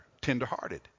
tender-hearted